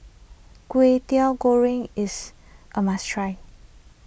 Kway Teow Goreng is a must try